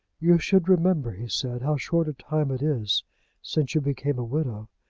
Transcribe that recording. you should remember, he said, how short a time it is since you became a widow.